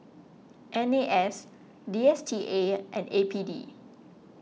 N A S D S T A and A P D